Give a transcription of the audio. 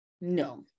no